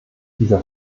dieser